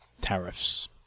tariffs